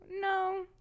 No